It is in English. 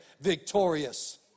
victorious